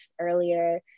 earlier